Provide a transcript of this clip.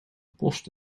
post